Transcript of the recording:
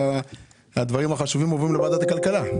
דברים החשובים עוברים לוועדת הכלכלה.